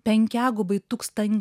penkiagubai tūkstan